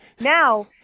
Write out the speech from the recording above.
now